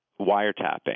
wiretapping